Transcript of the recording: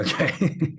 Okay